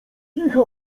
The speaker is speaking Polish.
kicha